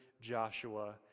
Joshua